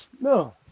no